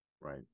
Right